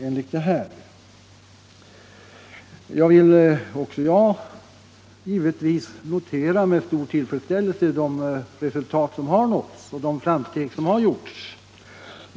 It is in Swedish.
Även jag vill naturligtvis med stor tillfredsställelse notera de resultat som uppnåtts och de framsteg som gjorts.